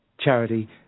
Charity